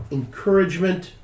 encouragement